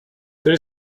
there